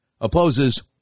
opposes